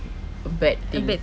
a bad thing